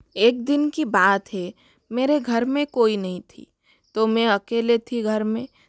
एक दिन की बात है मेरे घर में कोई नहीं था तो मैं अकेले थी घर में